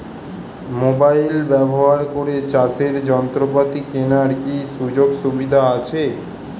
Mobile ব্যবহার করে চাষের যন্ত্রপাতি কেনার কি সুযোগ সুবিধা আছে?